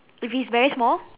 if it's very small